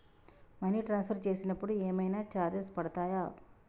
Money transfer చేసినప్పుడు ఏమైనా charges పడతయా?